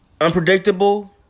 unpredictable